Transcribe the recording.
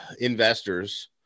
investors